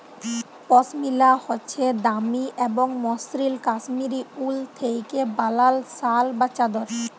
পশমিলা হছে দামি এবং মসৃল কাশ্মীরি উল থ্যাইকে বালাল শাল বা চাদর